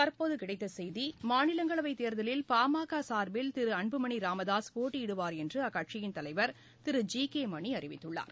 தற்போதுகிடைத்தசெய்தி மாநிலங்களவைத் தேர்தலில் பாமகசார்பில் திருஅன்புமணிராமதாஸ் போட்டியிடுவார் என்றுஅக்கட்சியின் தலைவர் திரு ஜி கேமணிஅறிவித்துள்ளார்